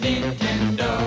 Nintendo